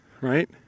right